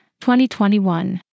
2021